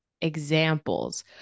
examples